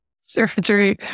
surgery